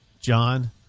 John